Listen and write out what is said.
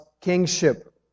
kingship